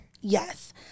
Yes